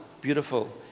beautiful